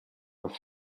were